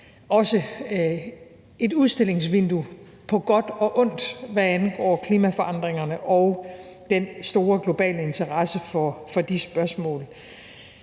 være et udstillingsvindue på godt og ondt, hvad angår klimaforandringerne og den store globale interesse for de spørgsmål.